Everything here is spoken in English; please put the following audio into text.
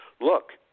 look